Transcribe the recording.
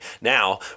Now